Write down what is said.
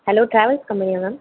hello travels கம்பெனியா ma'am